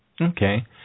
Okay